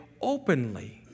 openly